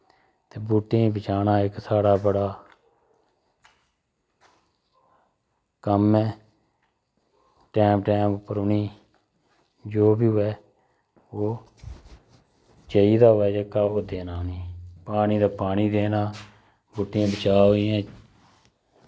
ते बूह्टें ई बचाना इक साढ़ा बड़ा कम्म ऐ टैम टैम उप्पर उनें जो बी होऐ ओह् चाहिदा होऐ जेह्का ओह् देना उनें पानी दा पानी देना बुह्टे बचाओ इ'यां